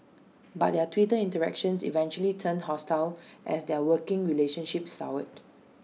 but their Twitter interactions eventually turned hostile as their working relationship soured